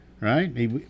right